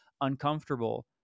uncomfortable